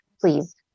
please